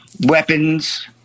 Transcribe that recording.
weapons